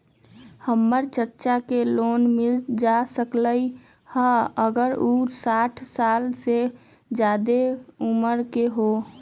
हमर चाचा के लोन मिल जा सकलई ह अगर उ साठ साल से जादे उमर के हों?